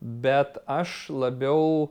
bet aš labiau